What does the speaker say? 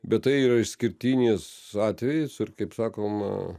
bet tai yra išskirtinis atvejis ir kaip sakoma